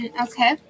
Okay